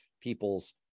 people's